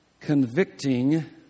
convicting